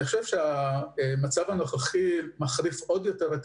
אני חושב שהמצב הנוכחי מחריף עוד יותר את